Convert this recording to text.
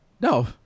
No